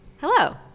Hello